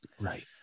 right